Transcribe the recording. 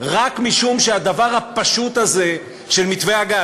רק משום שהדבר הפשוט הזה של מתווה הגז,